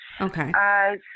Okay